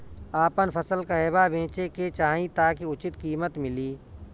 आपन फसल कहवा बेंचे के चाहीं ताकि उचित कीमत मिली?